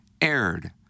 aired